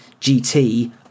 GT